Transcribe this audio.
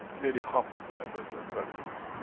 nearly half of the members were present.